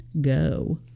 go